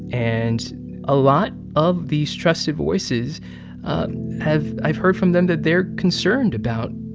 and a lot of these trusted voices have i've heard from them that they're concerned about,